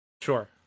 Sure